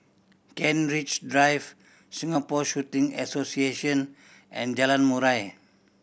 Kent Ridge Drive Singapore Shooting Association and Jalan Murai